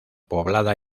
poblada